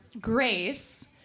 Grace